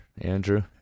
Andrew